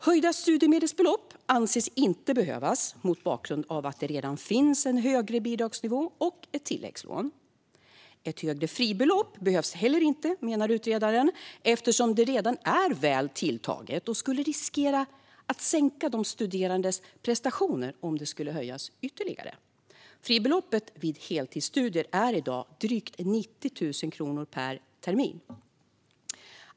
Höjda studiemedelsbelopp anses inte behövas mot bakgrund av att det redan finns en högre bidragsnivå och ett tilläggslån. Ett högre fribelopp behövs heller inte, menar utredaren, eftersom det redan är väl tilltaget och det skulle riskera att sänka de studerandes prestationer om det skulle höjas ytterligare. Fribeloppet vid heltidsstudier är i dag drygt 90 000 kronor per termin.